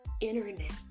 internet